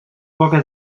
poca